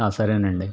సరేనండి